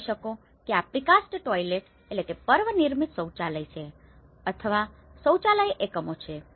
તમે જોઈ શકો છો કે આ પ્રીકાસ્ટ ટોઇલેટprecast toiletsપર્વનિર્મિત શૌચાલય છે અથવા શૌચાલય એકમો છે